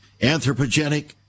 Anthropogenic